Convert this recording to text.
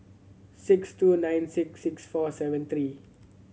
six two nine six six four seven three